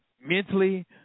mentally